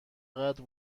قدر